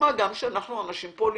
מה גם שאנחנו אנשים פוליטיים.